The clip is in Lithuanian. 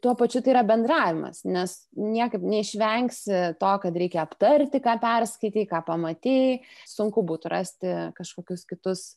tuo pačiu tai yra bendravimas nes niekaip neišvengsi to kad reikia aptarti ką perskaitei ką pamatei sunku būtų rasti kažkokius kitus